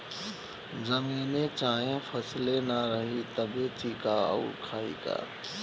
जमीने चाहे फसले ना रही त बेची का अउर खाई का